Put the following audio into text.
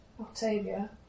Octavia